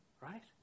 Right